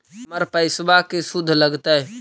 हमर पैसाबा के शुद्ध लगतै?